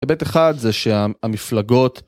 היבט אחד זה שהמפלגות